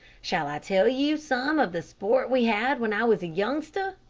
shall i tell you some of the sport we had when i was a youngster?